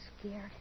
scared